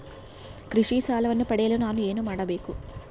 ಕೃಷಿ ಸಾಲವನ್ನು ಪಡೆಯಲು ನಾನು ಏನು ಮಾಡಬೇಕು?